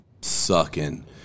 sucking